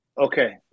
Okay